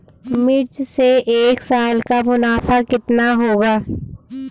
मिर्च से एक साल का मुनाफा कितना होता है?